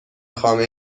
خامه